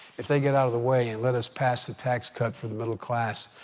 if they get out of the way and let us pass the tax cut for the middle class,